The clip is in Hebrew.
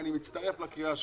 אני מצטרף לקריאה שלך.